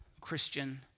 Christian